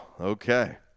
Okay